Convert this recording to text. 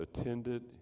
attended